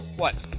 what?